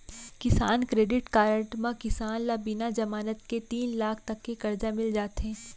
किसान credit card म किसान ल बिना जमानत के तीन लाख तक के करजा मिल जाथे